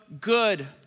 good